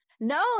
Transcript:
no